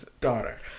Daughter